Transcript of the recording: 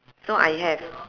so I have